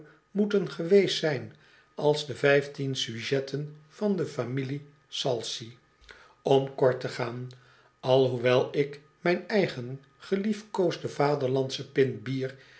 moeten geweest zijn als de vijftien sujetten van de familie i salcy om kort te gaan alhoewel ik mijn eigen geliefkoosde vaderlandsche pint bier